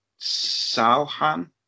Salhan